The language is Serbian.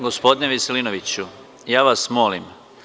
Gospodine Veselinoviću, ja vas molim.